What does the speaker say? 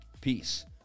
Peace